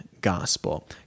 gospel